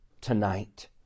tonight